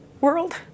world